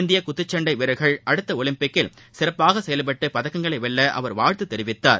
இந்திய குத்துச்சன்டை வீரர்கள் அடுத்த ஒலிம்பிக்கில் சிறப்பாக செயல்பட்டு பதக்கங்களை வெல்ல அவர் வாழ்த்து தெரிவித்தார்